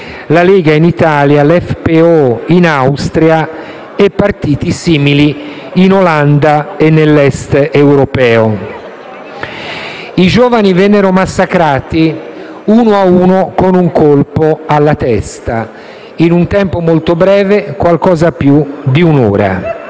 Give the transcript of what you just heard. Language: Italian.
la Lega in Italia, l'FP*Ö* in Austria e partiti simili in Olanda e nell'Est europeo. I giovani vennero massacrati uno a uno con un colpo alla testa in un tempo molto breve, qualcosa più di un'ora.